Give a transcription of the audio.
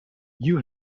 you